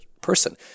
person